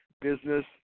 business